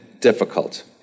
difficult